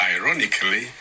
ironically